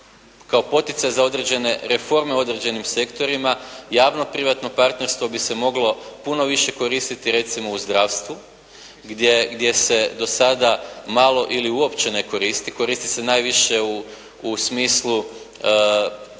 kao poticaj za određene reforme u određenim sektorima, javno-privatno partnerstvo bi se moglo puno više koristiti, recimo u zdravstvu gdje se do sada malo ili uopće ne koristi, koristi se najviše u smislu